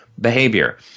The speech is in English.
behavior